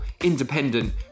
independent